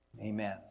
Amen